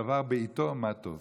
דבר בעיתו, מה טוב.